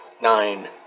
nine